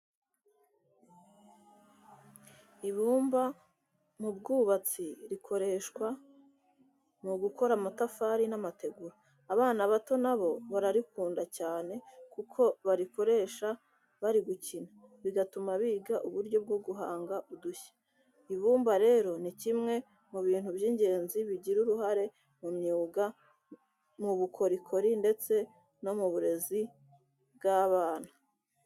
Ibumba mu bwubatsi rikoreshwa mu gukora amatafari n'amategura. Abana bato na bo bararikunda cyane kuko barikoresha bari gukina bigatuma biga uburyo bwo guhanga udushya. Ibumba rero ni kimwe mu bintu by'ingenzi bigira uruhare mu myuga, mu bukorikori ndetse no mu burezi bw'abana.